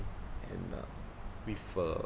and uh with a